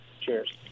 Cheers